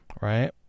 right